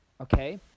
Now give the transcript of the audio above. okay